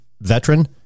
veteran